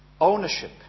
Ownership